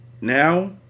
now